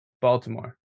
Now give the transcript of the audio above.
Baltimore